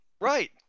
Right